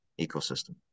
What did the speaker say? ecosystem